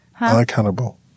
unaccountable